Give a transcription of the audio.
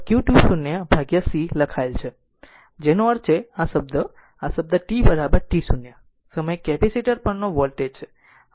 આ vt0 qt0c લખાયેલ છે જેનો અર્થ છે આ શબ્દ આ શબ્દ સમય t t0 સમયે કેપેસિટર પરનો વોલ્ટેજ છે